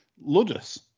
ludus